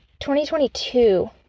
2022